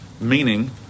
meaning